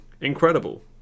incredible